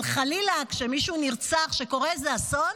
אבל, חלילה כשמישהו נרצח, כשקורה איזה אסון,